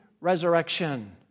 resurrection